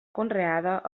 conreada